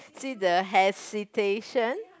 see the hesitation